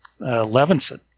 Levinson